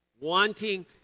wanting